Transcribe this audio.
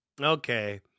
Okay